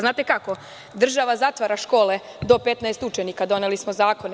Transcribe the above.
Znate kako, država zatvara škole do 15 učenika, doneli smo zakone.